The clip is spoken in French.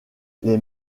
les